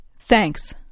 Thanks